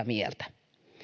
mieltä